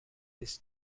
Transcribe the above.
this